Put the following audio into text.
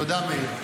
תודה, מאיר.